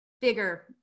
bigger